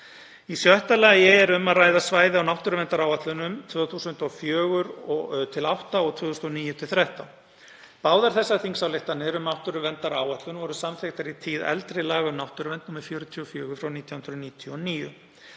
Í sjötta lagi er um að ræða svæði á náttúruverndaráætlunum 2004–2008 og 2009–2013. Báðar þessar þingsályktanir um náttúruverndaráætlun voru samþykktar í tíð eldri laga um náttúruvernd, nr. 44/1999.